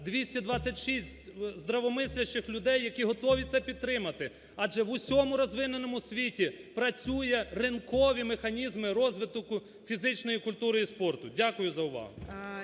226 здавомыслящих людей? які готові це підтримати. Адже в усьому розвиненому світі працюють ринкові механізми розвитку фізичної культури і спорту. Дякую за увагу.